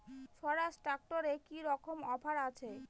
স্বরাজ ট্র্যাক্টরে কি রকম অফার আছে?